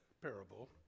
parable